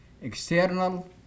external